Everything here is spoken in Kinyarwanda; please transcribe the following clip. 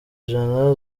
ijana